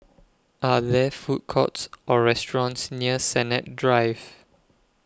Are There Food Courts Or restaurants near Sennett Drive